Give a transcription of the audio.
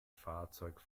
fahrzeug